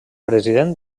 president